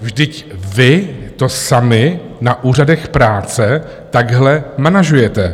Vždyť vy to sami na úřadech práce takhle manažujete!